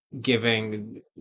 giving